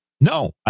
No